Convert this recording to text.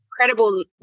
incredible